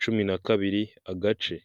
cumi na kabiri, agace.